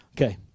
Okay